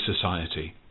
Society